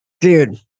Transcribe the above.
Dude